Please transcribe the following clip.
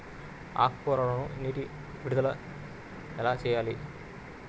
ఆకుకూరలకు నీటి విడుదల ఎలా చేయాలి?